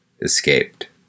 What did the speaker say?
escaped